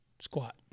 squat